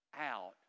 out